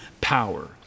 power